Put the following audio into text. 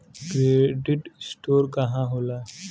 Credit score का होला?